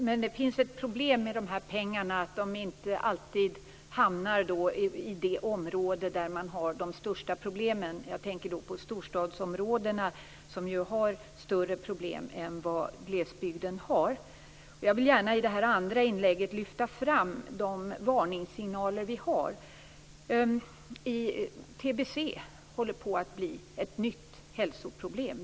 Fru talman! Problemet med pengarna är att de inte alltid hamnar i de områden som har de största problemen. Jag tänker då på storstadsområdena, som ju har större problem än glesbygden. Jag vill i detta mitt andra inlägg lyfta fram de varningssignaler som finns. Tbc håller på att bli ett nytt hälsoproblem.